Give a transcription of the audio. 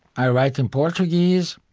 i write in portuguese.